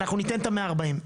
אנחנו ניתן את ה-140.